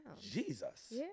Jesus